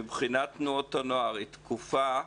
מבחינת תנועות הנוער היא תקופה,